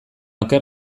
oker